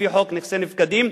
לפי חוק נכסי נפקדים,